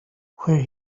where